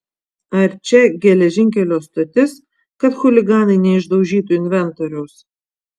ar čia geležinkelio stotis kad chuliganai neišdaužytų inventoriaus